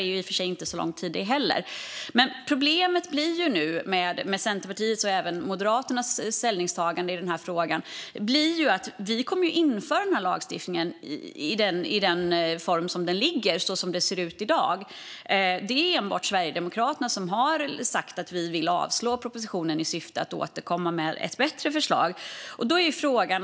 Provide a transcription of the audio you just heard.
Det är i och för sig inte så lång tid, det heller. Problemet med Centerpartiets och även Moderaternas ställningstagande i den här frågan blir att vi kommer att införa den här lagstiftningen i den form som nu ligger, så som den ser ut i dag. Det är enbart vi sverigedemokrater som har sagt att vi vill avslå propositionen i syfte att återkomma med ett bättre förslag.